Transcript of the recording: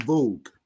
Vogue